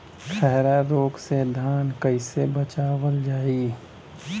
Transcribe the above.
खैरा रोग से धान कईसे बचावल जाई?